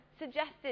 suggested